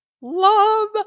love